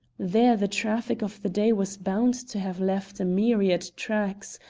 there the traffic of the day was bound to have left a myriad tracks,